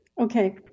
Okay